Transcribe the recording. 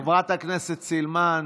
חברת הכנסת סילמן,